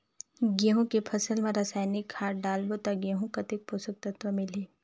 गंहू के फसल मा रसायनिक खाद डालबो ता गंहू कतेक पोषक तत्व मिलही?